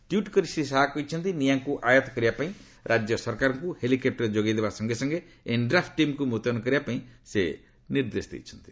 tweet କରି ଶ୍ରୀ ଶାହା କହିଛନ୍ତି ନିଆଁକୁ ଆୟତ୍ତ କରିବାପାଇଁ ରାଜ୍ୟ ସରକାରଙ୍କୁ ହେଲିକେପ୍ଟର ଯୋଗାଇ ଦେବା ସଙ୍ଗେ ସଙ୍ଗେ ଏନ୍ଡ୍ରାଫ୍ ଟିମ୍କୁ ମୁତୟନ କରିବାପାଇଁ ସେ ନିର୍ଦ୍ଦେଶ ଦେଇଛନ୍ତି